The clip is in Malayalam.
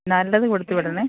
നല്ലത് കൊടുത്തുവിടണേ